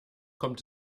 kommt